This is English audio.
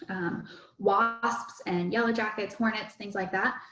wasps and yellow jackets hornets, things like that.